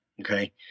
Okay